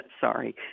Sorry